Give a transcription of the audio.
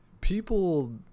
people